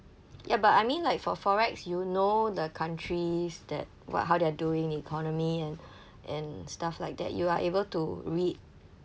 ya but I mean like for FOREX you know the countries that what how they are doing the economy and and stuff like that you are able to read